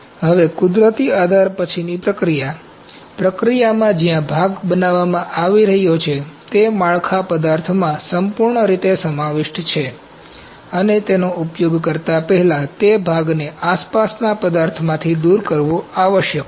હવે કુદરતી આધાર પછીની પ્રક્રિયા પ્રક્રિયામાં જ્યા ભાગ બનાવવામાં આવી રહ્યો છે તે માળખા પદાર્થમાં સંપૂર્ણ રીતે સમાવિષ્ટ છે અને તેનો ઉપયોગ કરતા પહેલા તે ભાગને આસપાસના પદાર્થમાંથી દૂર કરવો આવશ્યક છે